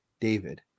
David